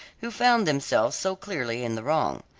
who found themselves so clearly in the wrong.